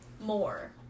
more